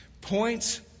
points